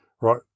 right